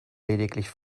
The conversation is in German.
lediglich